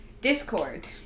Discord